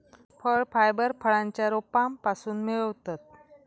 फळ फायबर फळांच्या रोपांपासून मिळवतत